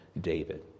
David